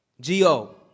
G-O